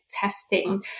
testing